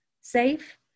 safe